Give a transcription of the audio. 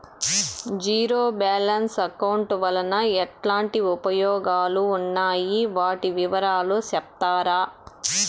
Zero balance account వలన ఎట్లాంటి ఉపయోగాలు ఉన్నాయి? వాటి వివరాలు సెప్తారా?